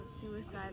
suicide